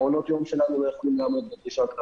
המעונות יום שלנו לא יוכלו לעמוד בדרישות.